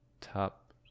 top